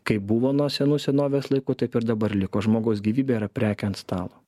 kaip buvo nuo senų senovės laikų taip ir dabar liko žmogaus gyvybė yra prekė ant stalo